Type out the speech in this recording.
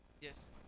Yes